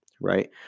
right